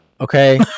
okay